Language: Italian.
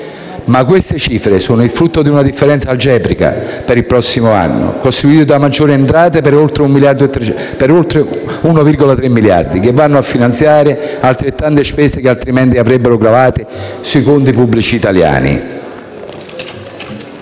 Ma queste cifre sono il frutto di una differenza algebrica per il prossimo anno, costituito da maggiori entrate per oltre 1,3 miliardi, che vanno a finanziare altrettante spese che altrimenti andrebbero a gravare sui conti pubblici italiani.